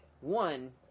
one